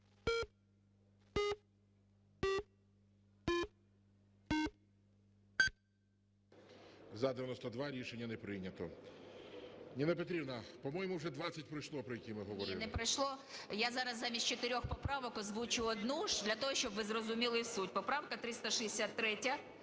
За-92 Рішення не прийнято. Ніна Петрівна, по-моєму, вже двадцять пройшло про які ми говорили? 14:30:38 ЮЖАНІНА Н.П. Ні, не пройшло. Я зараз замість чотирьох поправок озвучу одну для того, щоб ви зрозуміли суть. Поправка 363,